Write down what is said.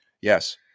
Yes